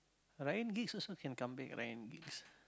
Ryan-Giggs also can come back Ryan-Giggs